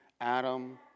Adam